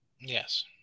Yes